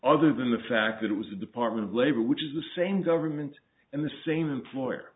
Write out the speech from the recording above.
other than the fact that it was the department of labor which is the same government and the same employer